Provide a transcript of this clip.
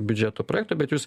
biudžeto projekto bet jūs